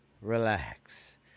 Relax